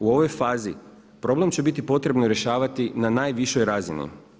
U ovoj fazi problem će biti potrebno rješavati na najvišoj razini.